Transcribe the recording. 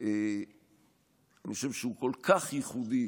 הוא כל כך ייחודי